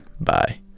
Bye